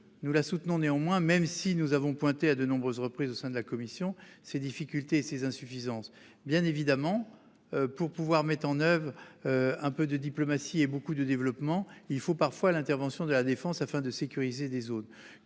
nous soutenons cette stratégie, même si la commission a pointé à de nombreuses reprises ses difficultés et ses insuffisances. Bien évidemment, pour pouvoir mettre en oeuvre un peu de diplomatie et beaucoup de développement, il faut parfois l'intervention de la défense afin de sécuriser les zones.